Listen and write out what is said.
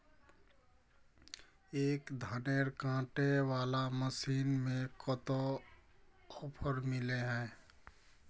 एक धानेर कांटे वाला मशीन में कते ऑफर मिले है?